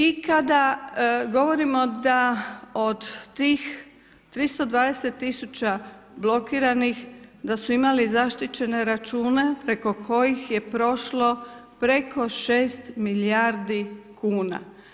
I kada govorimo da od tih 320000 blokiranih da su imali zaštićene račune, preko kojih je prošlo preko 6 milijardi kuna.